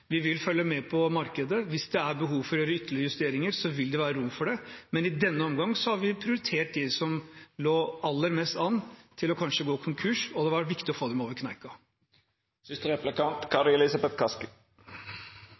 Vi vil følge med på markedet. Hvis det er behov for å gjøre ytterligere justeringer, vil det være rom for det, men i denne omgang har vi prioritert dem som lå aller mest an til kanskje å gå konkurs, og det var viktig å få dem over